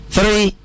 Three